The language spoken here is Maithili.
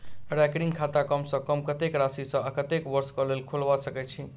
रैकरिंग खाता कम सँ कम कत्तेक राशि सऽ आ कत्तेक वर्ष कऽ लेल खोलबा सकय छी